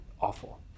awful